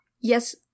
Yes